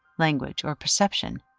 language, or perception,